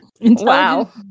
Wow